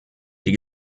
die